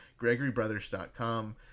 gregorybrothers.com